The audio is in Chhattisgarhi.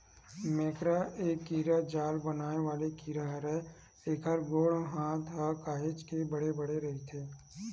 मेकरा ए कीरा जाल बनाय वाले कीरा हरय, एखर गोड़ हात ह काहेच के बड़े बड़े रहिथे